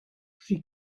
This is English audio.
she